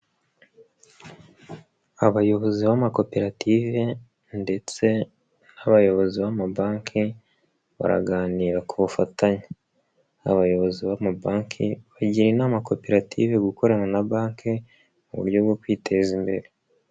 Abayobozi b'amakoperative ndetse n'abayobozi b'amabanki baraganira ku bufatanye, abayobozi b'amabanki bagira inama koperative gukorana na banki mu buryo bwo kwiteza imbere.